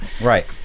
Right